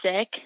sick